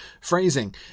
phrasing